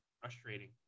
frustrating